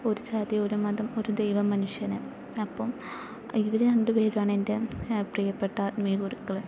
ഒരു ജാതി ഒരു മതം ഒരു ദൈവം മനുഷ്യന് അപ്പോൾ ഇവര് രണ്ടു പേരുമാണ് എൻ്റെ പ്രീയപ്പെട്ട ആത്മീയ ഗുരുക്കള്